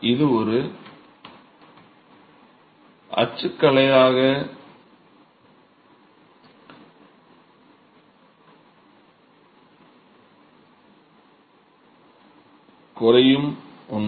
இது ஒரு அச்சுக்கலையாக குறையும் ஒன்று